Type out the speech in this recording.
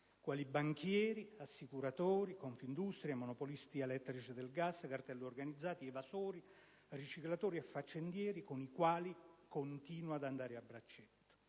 quali banchieri, assicuratori, Confindustria, monopolisti elettrici e del gas, cartelli organizzati, evasori, riciclatori e faccendieri, con i quali continua ad andare a braccetto.